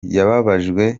yababajwe